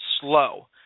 slow